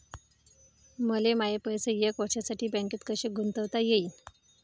मले माये पैसे एक वर्षासाठी बँकेत कसे गुंतवता येईन?